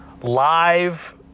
live